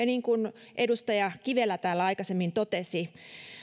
niin kuin edustaja kivelä täällä aikaisemmin totesi